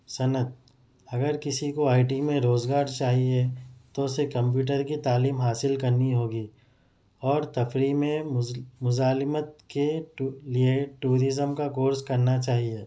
صنعت اگر کسی کو آئی ٹی میں روزگار چاہیے تو اسے کمپیوٹر کی تعلیم حاصل کرنی ہوگی اور تفریح میں مظ مظالمت کے لیے ٹورزم کا کورس کرنا چاہیے